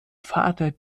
vater